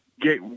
get